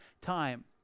time